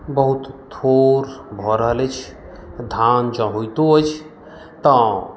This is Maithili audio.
बहुत थोड़ भऽ रहल अछि धान जँ होइतो अछि तऽ